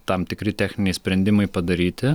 tam tikri techniniai sprendimai padaryti